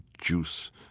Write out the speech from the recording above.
juice